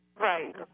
Right